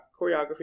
choreography